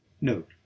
Note